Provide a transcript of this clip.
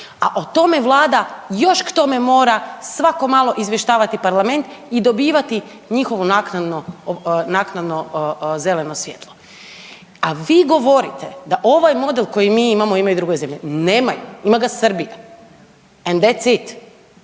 a o tome vlada još k tome mora svako malo izvještavati parlament i dobivati njihovo naknadno zeleno svjetlo. A vi govorite da ovaj model koji mi imamo imaju i druge zemlje. Nemaju, ima ga Srbija. And thad's it.